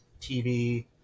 TV